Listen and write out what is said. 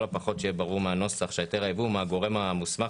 הפחות שיהיה ברור מהנוסח שהיתר היבוא הוא מהגורם המוסמך